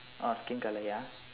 orh skin colour ya